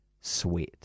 sweat